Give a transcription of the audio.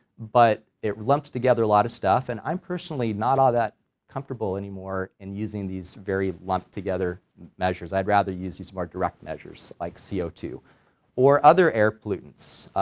but it lumps together a lot of stuff and i'm personally not all that comfortable anymore in using these very lumped together measures, i'd rather use these more direct measures like c o two or other air pollutants,